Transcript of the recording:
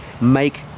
make